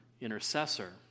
intercessor